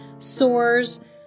Sores